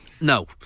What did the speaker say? no